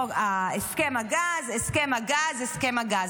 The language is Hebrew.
הסכם הגז, הסכם הגז, הסכם הגז.